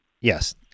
Yes